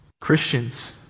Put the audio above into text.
Christians